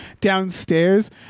downstairs